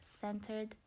centered